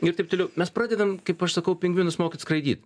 ir taip toliau mes pradedam kaip aš sakau pingvinus mokyt skraidyt